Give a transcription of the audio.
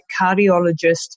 cardiologist